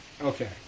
Okay